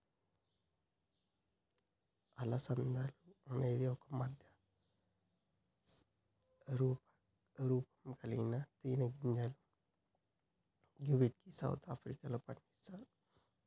అలసందలు అనేది ఒక మధ్యస్థ రూపంకల్గిన తినేగింజలు గివ్విటిని సౌత్ ఆఫ్రికాలో పండిస్తరు